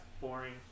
boring